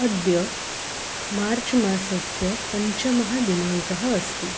अद्य मार्च् मासस्य पञ्चमः दिनाङ्कः अस्ति